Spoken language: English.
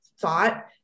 thought